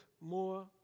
more